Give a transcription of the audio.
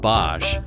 Bosch